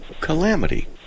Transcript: calamity